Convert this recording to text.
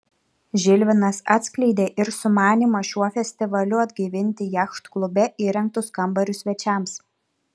žilvinas atskleidė ir sumanymą šiuo festivaliu atgaivinti jachtklube įrengtus kambarius svečiams